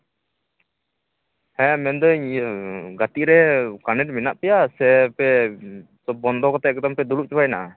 ᱦᱮᱸ ᱢᱮᱱᱫᱟᱹᱧ ᱜᱟᱛᱮᱨᱮ ᱠᱟᱱᱮᱠᱴ ᱢᱮᱱᱟᱜ ᱯᱮᱭᱟ ᱥᱮᱯᱮ ᱥᱚᱵᱽ ᱵᱚᱱᱫᱚ ᱠᱟᱛᱮ ᱮᱠᱫᱚᱢᱯᱮ ᱫᱩᱲᱩᱵ ᱪᱟᱵᱟᱭᱱᱟ